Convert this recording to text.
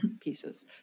pieces